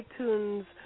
iTunes